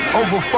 over